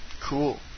Cool